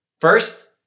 First